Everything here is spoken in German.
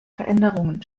veränderungen